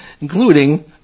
including